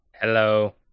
hello